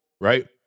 right